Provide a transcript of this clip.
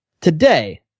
today